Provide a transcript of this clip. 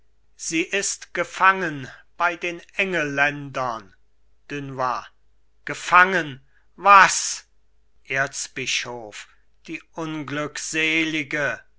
sie ist gefangen bei den engelländern dunois gefangen was erzbischof die unglückselige